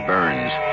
Burns